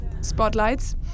Spotlights